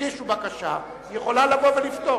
תגישו בקשה, היא יכולה לבוא ולפטור.